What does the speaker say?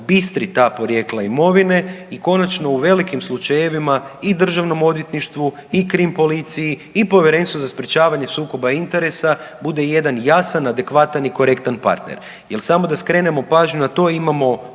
bistri ta porijekla imovine i konačno u velikim slučajevima i Državnom odvjetništvu i krim policiji i Povjerenstvu za sprječavanje sukoba interesa bude jedan jasan, adekvatan i korektan partner. Jer samo da skrenemo pažnju na to, imamo